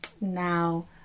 Now